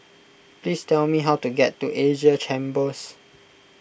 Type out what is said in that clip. please tell me how to get to Asia Chambers